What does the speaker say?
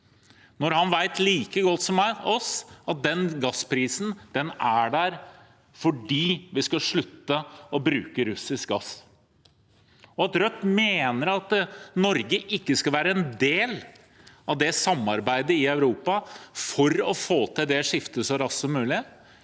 vet like godt som oss at den gassprisen er der fordi vi skal slutte å bruke russisk gass. Rødt mener at Norge ikke skal være en del av det samarbeidet i Europa, for å få til det skiftet så raskt som mulig,